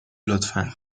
لطفا